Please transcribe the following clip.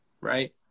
right